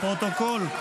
לפרוטוקול,